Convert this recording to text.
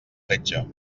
fetge